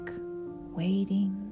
waiting